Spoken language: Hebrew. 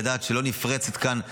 כדי לדעת שלא נפרצת כאן מסגרת.